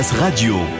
Radio